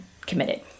committed